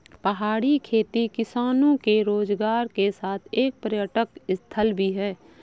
पहाड़ी खेती किसानों के रोजगार के साथ एक पर्यटक स्थल भी है